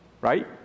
right